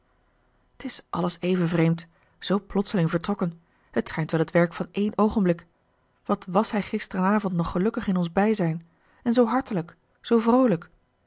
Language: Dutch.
t is alles even vreemd zoo plotseling vertrokken het schijnt wel het werk van één oogenblik wat was hij gisteravond nog gelukkig in ons bijzijn en zoo hartelijk zoo vroolijk